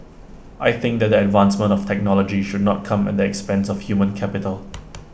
I think that the advancement of technology should not come at the expense of human capital